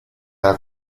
alla